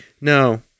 No